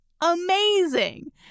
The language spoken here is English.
amazing